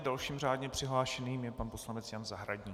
Dalším řádně přihlášeným je poslanec Jan Zahradník.